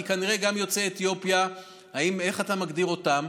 כי כנראה גם יוצאי אתיופיה, איך אתה מגדיר אותם?